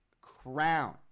crown